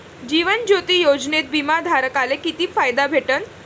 जीवन ज्योती योजनेत बिमा धारकाले किती फायदा भेटन?